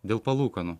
dėl palūkanų